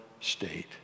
state